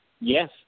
Yes